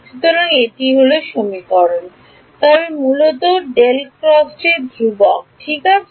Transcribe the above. সুতরাং তবে মূলতঃ ধ্রুবক ঠিক আছে